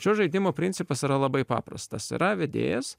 šio žaidimo principas yra labai paprastas yra vedėjas